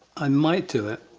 i might do it,